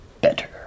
better